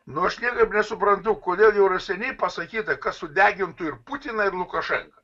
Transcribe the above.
nu aš niekaip nesuprantu kodėl jau seniai pasakyta kad sudegintų ir putiną ir lukašenką